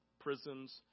prisons